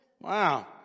Wow